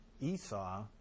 Esau